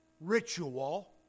ritual